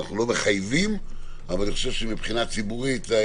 אנו לא מחייבים, אבל ציבורית זו,